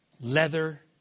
Leather